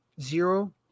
zero